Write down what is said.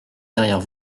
derrière